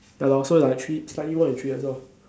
ya lor so like three slightly more than three years lor